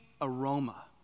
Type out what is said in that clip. aroma